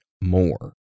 more